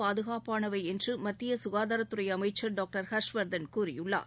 பாதுகாப்பானவை என்று மத்திய சுகாதாரத்துறை அமைச்சர் டாக்டர் ஹர்ஷ் வர்தன் கூறியுள்ளார்